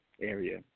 area